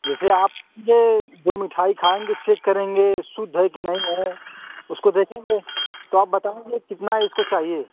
जैसे आप ये जो मिठाई खाएँगे चेक करेंगे शुद्ध है कि नहीं है उसको देखेंगे तो आप बताएँगे कितना इसको चाहिए